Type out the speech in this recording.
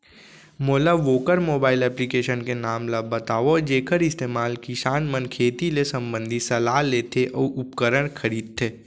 मोला वोकर mobile application के नाम ल बतावव जेखर इस्तेमाल किसान मन खेती ले संबंधित सलाह लेथे अऊ उपकरण खरीदथे?